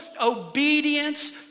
obedience